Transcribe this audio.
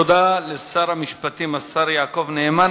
תודה לשר המשפטים, השר יעקב נאמן.